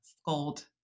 scold